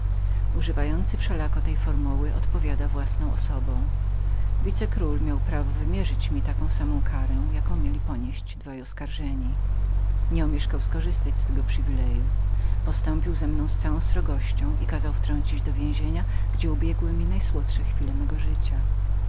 używający wszelako tej formuły odpowiada za nią własną osobą wice król miał prawo wymierzenia na mnie tej samej kary jaką mieli ponieść dwaj oskarżeni nie omieszkał korzystać ze swego przywileju postąpił ze mną z całą srogością i kazał wtrącić do więzienia gdzie ubiegły mi najsłodsze chwile mego życia